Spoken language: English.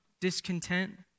discontent